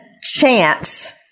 chance